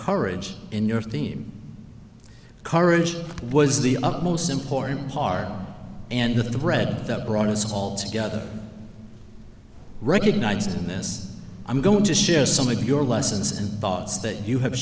courage in your theme courage was the up most important part and the thread that brought us all together recognizing this i'm going to share some of your lessons and thoughts that you have